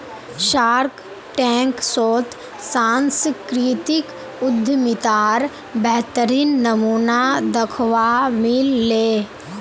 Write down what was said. Shark Tank शोत सांस्कृतिक उद्यमितार बेहतरीन नमूना दखवा मिल ले